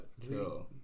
Two